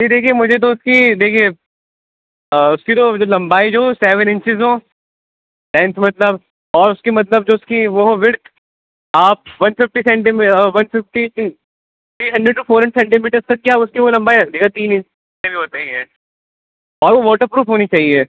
جی دیکھیے مجھے تو اس کی دیکھیے اس کی جو جو لمبائی جو سیون انچیز ہ لینتھ مطلب اور اس کی مطلب جو اس کی وہ وتھ آپ one fifty centi one fifty three hundred to four hundred centimetres تک کیا اس کی وہ لمبائی ہ جے گا تین ان سے بھی ہوتا ہی ہیں اور وہ واٹر پروف ہونی چاہیے